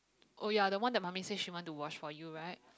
oh ya the one that mummy says she want to wash for you right